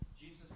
Jesus